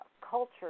culture